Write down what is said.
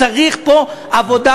צריך פה עבודה